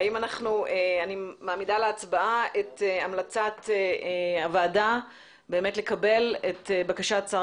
אני מעמידה להצבעה את המלצת הוועדה לקבל את בקשת שר